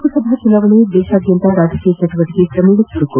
ಲೋಕಸಭಾ ಚುನಾವಣೆ ದೇಶಾದ್ಲಂತ ರಾಜಕೀಯ ಚಟುವಟಿಕೆ ಕ್ರಮೇಣ ಚುರುಕು